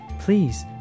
Please